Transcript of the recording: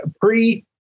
pre